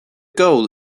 goal